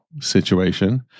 situation